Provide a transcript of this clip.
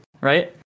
right